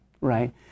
right